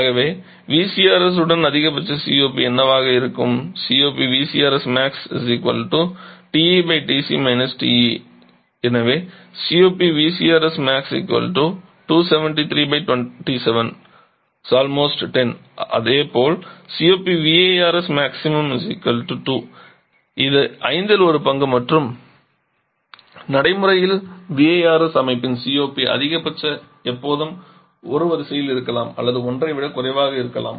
ஆகவே VCRS உடன் அதிகபட்ச COP என்னவாக இருக்கும் எனவே அதேப் போல் இது ஐந்தில் ஒரு பங்கு மற்றும் நடைமுறையில் VARS அமைப்பின் COP அதிகபட்சம் எப்போதும் 1 வரிசையில் இருக்கலாம் அல்லது 1 ஐ விடக் குறைவாக இருக்கலாம்